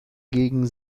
gegen